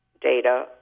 data